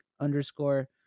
underscore